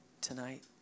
tonight